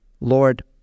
lord